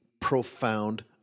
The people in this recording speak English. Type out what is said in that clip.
profound